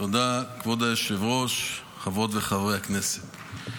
תודה כבוד היושב-ראש, חברות וחברי הכנסת,